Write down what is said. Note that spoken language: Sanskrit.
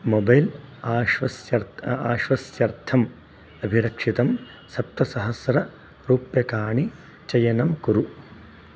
मोबैल् आश्वस्यर्थम् आश्वस्यर्थम् अभिरक्षितं सप्तसहस्ररूप्यकाणि चयनं कुरु